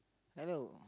hello